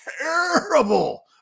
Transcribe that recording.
terrible